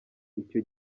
icyo